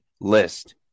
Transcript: list